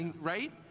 Right